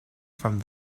from